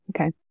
Okay